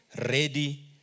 ready